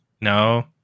No